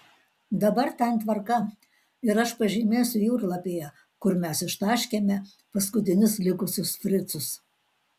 dabar ten tvarka ir aš pažymėsiu jūrlapyje kur mes ištaškėme paskutinius likusius fricus